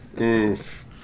Oof